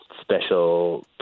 special